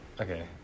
okay